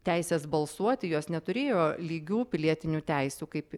teisės balsuoti jos neturėjo lygių pilietinių teisių kaip